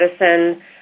medicine